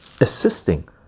assisting